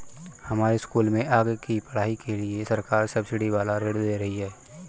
हमारे स्कूल में आगे की पढ़ाई के लिए सरकार सब्सिडी वाला ऋण दे रही है